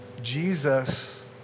Jesus